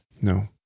No